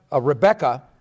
Rebecca